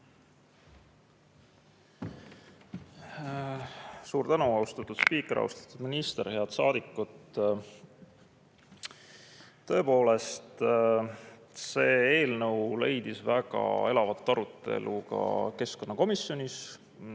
Suur tänu, austatud spiiker! Austatud minister! Head saadikud! Tõepoolest, see eelnõu [tekitas] väga elava arutelu ka keskkonnakomisjonis.